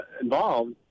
involved